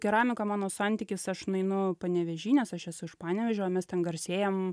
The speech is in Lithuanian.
keramika mano santykis aš nueinu panevėžy nes aš esu iš panevėžio mes ten garsėjam